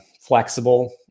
flexible